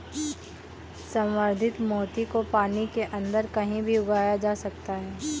संवर्धित मोती को पानी के अंदर कहीं भी उगाया जा सकता है